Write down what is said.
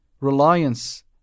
reliance